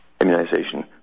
immunization